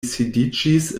sidiĝis